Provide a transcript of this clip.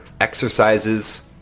exercises